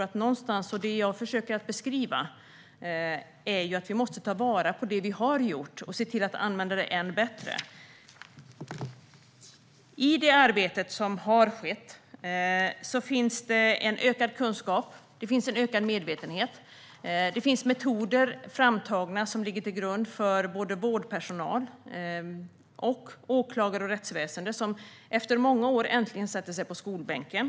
Det som jag försöker att beskriva är att vi måste ta vara på det som har gjorts och se till att använda det på ett ännu bättre sätt. Genom det arbete som har skett finns det en ökad kunskap och en ökad medvetenhet. Det finns framtagna metoder som ligger till grund för vårdpersonal, åklagare och rättsväsen. Efter många år får de äntligen sätta sig på skolbänken.